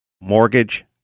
mortgage